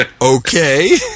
okay